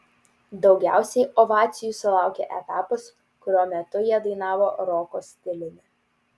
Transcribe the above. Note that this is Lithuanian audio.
daugiausiai ovacijų sulaukė etapas kurio metu jie dainavo roko stiliumi